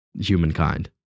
humankind